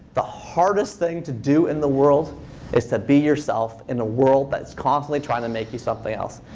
the hardest thing to do in the world is to be yourself in a world that's constantly trying to make you something else.